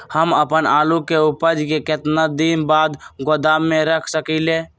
हम अपन आलू के ऊपज के केतना दिन बाद गोदाम में रख सकींले?